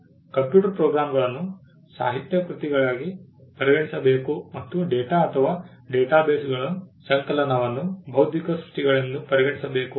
computer ಪ್ರೋಗ್ರಾಂಗಳನ್ನು ಸಾಹಿತ್ಯ ಕೃತಿಗಳಾಗಿ ಪರಿಗಣಿಸಬೇಕು ಮತ್ತು ಡೇಟಾ ಅಥವಾ ಡೇಟಾಬೇಸ್ಗಳ ಸಂಕಲನವನ್ನು ಬೌದ್ಧಿಕ ಸೃಷ್ಟಿಗಳೆಂದು ಪರಿಗಣಿಸಬೇಕು